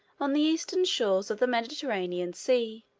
on the eastern shores of the mediterranean sea.